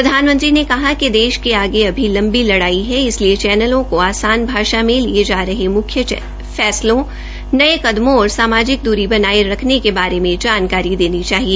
प्रधानमंत्री ने कहा कि देश के आगे अभी लंबी लड़ाई ह इसलिए चक्रलो का आसान भाषा में लिये जा रहे मुख्य फ्र्मलों नये कदमों और सामाजिक दूरी बनाये रखने बारे में जानकारी देनी चाहिए